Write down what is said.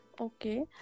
Okay